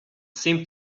seemed